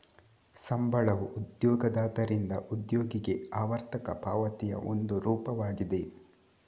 ಸಂಬಳವು ಉದ್ಯೋಗದಾತರಿಂದ ಉದ್ಯೋಗಿಗೆ ಆವರ್ತಕ ಪಾವತಿಯ ಒಂದು ರೂಪವಾಗಿದೆ